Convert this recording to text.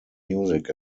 music